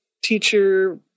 teacher